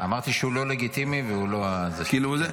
אמרתי שהוא לא לגיטימי, והוא לא הזה שלי.